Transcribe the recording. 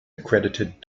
accredited